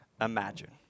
imagine